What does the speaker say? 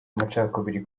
amacakubiri